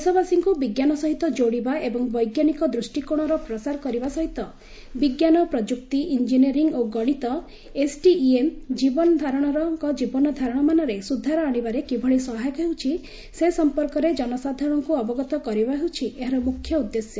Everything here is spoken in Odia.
ଦେଶବାସୀଙ୍କୁ ବିଜ୍ଞାନ ସହିତ ଯୋଡ଼ିବା ଏବଂ ବୈଜ୍ଞାନିକ ଦୃଷ୍ଟିକୋଣର ପ୍ରସାର କରିବା ସହିତ ବିଜ୍ଞାନ ପ୍ରଯୁକ୍ତି ଇଞ୍ଜିନିୟରିଙ୍ଗ୍ ଓ ଗଣିତ ଏସ୍ଟିଇଏମ୍ ଜନସାଧାରଣଙ୍କ ଜୀବନଧାରଣ ମାନରେ ସୁଧାର ଆଣିବାରେ କିଭଳି ସହାୟକ ହେଉଛି ସେ ସମ୍ପର୍କରେ ଜନସାଧାରଣଙ୍କୁ ଅବଗତ କରାଇବା ହେଉଛି ଏହାର ମୁଖ୍ୟ ଉଦ୍ଦେଶ୍ୟ